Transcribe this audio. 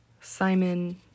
Simon